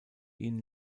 ihn